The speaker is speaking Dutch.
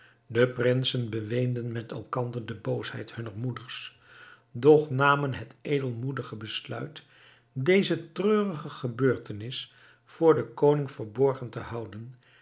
de prinsen beweenden met elkander de boosheid hunner moeders doch namen het edelmoedige besluit deze treurige gebeurtenis voor den koning verborgen te houden